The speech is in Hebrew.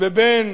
ובין